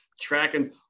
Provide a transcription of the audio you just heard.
tracking